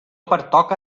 pertoca